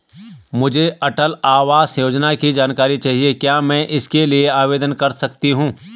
मुझे अटल आवास योजना की जानकारी चाहिए क्या मैं इसके लिए आवेदन कर सकती हूँ?